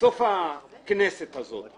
בסוף הכנסת הזאת,